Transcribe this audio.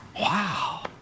Wow